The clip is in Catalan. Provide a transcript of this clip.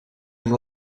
amb